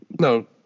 no